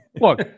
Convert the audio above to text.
look